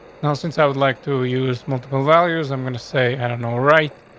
now, since i would like to use multiple values, i'm going to say i don't know, right.